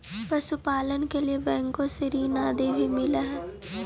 पशुपालन के लिए बैंकों से ऋण आदि भी मिलअ हई